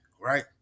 right